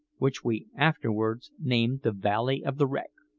which we afterwards named the valley of the wreck.